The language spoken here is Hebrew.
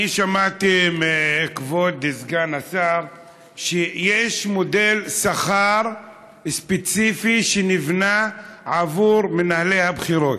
אני שמעתי מכבוד סגן השר שיש מודל שכר ספציפי שנבנה עבור מנהלי הבחירות.